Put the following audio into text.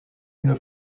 une